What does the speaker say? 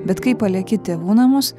bet kai palieki tėvų namus